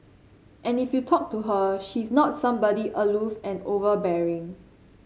and if you talk to her she's not somebody aloof and overbearing